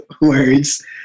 words